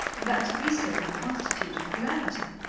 and that to be so would constitute a calamity.